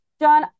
John